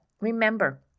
remember